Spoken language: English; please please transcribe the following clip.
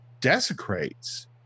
desecrates